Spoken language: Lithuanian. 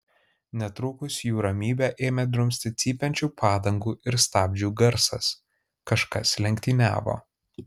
netrukus jų ramybę ėmė drumsti cypiančių padangų ir stabdžių garsas kažkas lenktyniavo